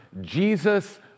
Jesus